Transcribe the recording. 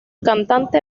cantante